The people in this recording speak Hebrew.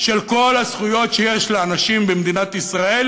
של כל הזכויות שיש לאנשים עם מוגבלויות במדינת ישראל,